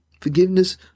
forgiveness